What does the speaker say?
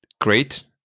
Great